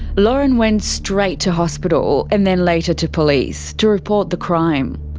lauren went straight to hospital and then later to police to report the crime.